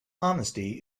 honesty